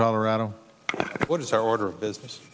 colorado what is our order of business